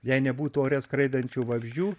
jei nebūtų ore skraidančių vabzdžių